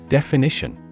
Definition